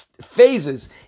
phases